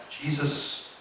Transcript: Jesus